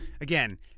again